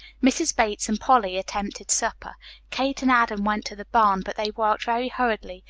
mrs. bates and polly attempted supper kate and adam went to the barn but they worked very hurriedly,